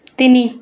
ତିନି